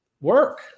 work